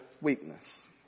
weakness